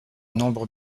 nombre